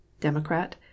Democrat